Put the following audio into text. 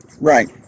Right